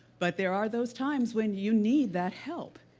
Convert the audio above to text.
but there are those times when you need that help,